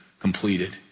completed